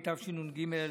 התשנ"ג 1991,